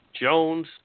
Jones